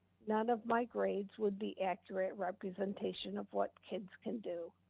none of my grades would be accurate representation of what kids can do.